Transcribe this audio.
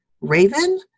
Raven